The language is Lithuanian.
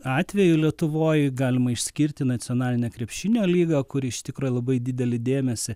atvejų lietuvoj galima išskirti nacionalinę krepšinio lygą kuri iš tikro labai didelį dėmesį